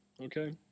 Okay